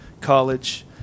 College